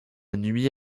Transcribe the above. nuit